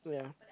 yeah